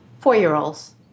four-year-olds